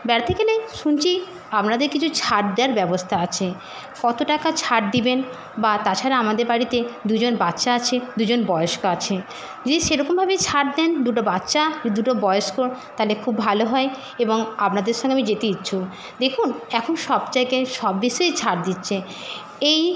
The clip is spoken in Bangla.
বেড়াতে গেলে শুনছি আপনাদের কিছু ছাড় দেওয়ার ব্যবস্থা আছে কতো টাকা ছাড় দিবেন বা তাছাড়া আমাদের বাড়িতে দুজন বাচ্চা আছে দুজন বয়স্ক আছে যদি সেই রকমভাবে ছাড় দেন দুটো বাচ্চা দুটো বয়েস্কর তাহলে খুব ভালো হয় এবং আপনাদের সঙ্গে আমি যেতে ইচ্ছুক দেখুন এখন সব জায়গায় সব বিষয়ে ছাড় দিচ্ছে এই